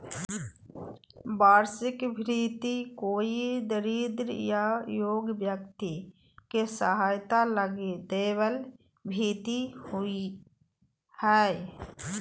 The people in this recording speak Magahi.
वार्षिक भृति कोई दरिद्र या योग्य व्यक्ति के सहायता लगी दैबल भित्ती हइ